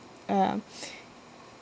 um